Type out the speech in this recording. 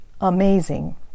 amazing